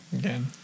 again